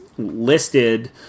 Listed